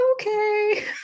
okay